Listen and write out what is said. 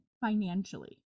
financially